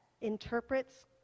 interprets